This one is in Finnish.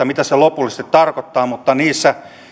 mitä se lopullisesti tarkoittaa mutta niissä